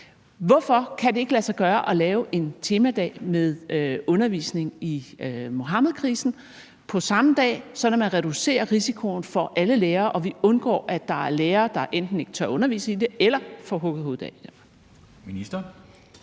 Hvorfor kan det ikke lade sig gøre at lave en temadag med undervisning i Muhammedkrisen på samme dag på året? For så vil man reducere risikoen for alle lærere, og vi undgår, at der er lærere, der enten ikke tør undervise i det eller får hugget hovedet